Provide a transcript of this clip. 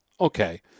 okay